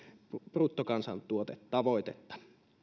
bruttokansantuotetavoitetta